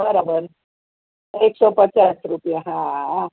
બરાબર એક સો પચાસ રૂપ્યા હા આ